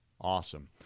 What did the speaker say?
Awesome